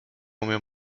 umiem